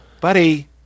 buddy